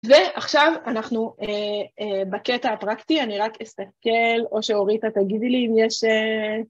ועכשיו אנחנו בקטע הפרקטי, אני רק אסתכל או שאורית את תגידי לי אם יש...